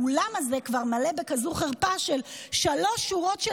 האולם כבר מלא בכזאת חרפה של שלוש שורות של